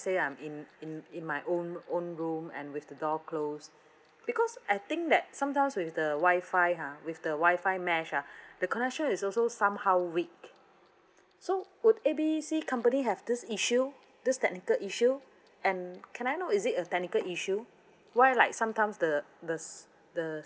say I'm in in in my own own room and with the door closed because I think that sometimes with the wi-fi ha with the wi-fi mesh ha the connection is also somehow weak so would A B C company have this issue this technical issue and can I know is it a technical issue why like sometimes the the s~ the